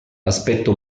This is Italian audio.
aspetta